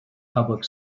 public